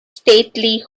stately